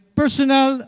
personal